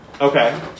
Okay